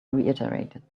reiterated